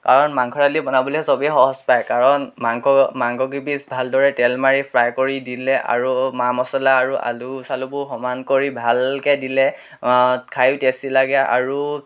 কাৰণ মাংস দালি বনাবলৈ সবে সহজ পায় কাৰণ মাংস মাংস কেইপিচ ভালদৰে তেল মাৰি ফ্ৰাই কৰি দিলে আৰু মা মচলা আৰু আলু চালুবোৰ সমানকৰি ভালকৈ দিলে খাইও টেষ্টি লাগে আৰু